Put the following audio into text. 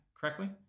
correctly